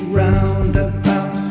roundabout